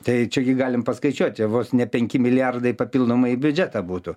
tai čia galim paskaičiuoti vos ne penki milijardai papildomai į biudžetą būtų